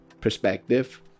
perspective